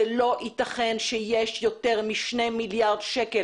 זה לא ייתכן שיש יותר מ-2 מיליארד שקל